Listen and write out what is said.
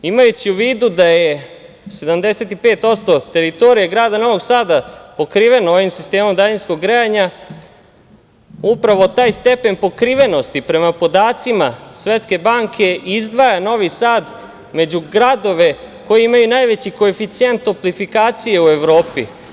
Imajući u vidu da je 75% teritorije grada Novog Sada pokriveno ovim sistemom daljinskog grejanja, upravo taj stepen pokrivenosti prema podacima Svetske banka izdvaja Novi Sad među gradove koje imaju najveći koeficijent toplifikacije u Evropi.